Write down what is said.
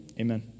Amen